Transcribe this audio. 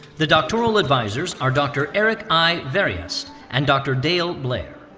the doctoral advisors are dr. erik i. verriest and dr. dale blair.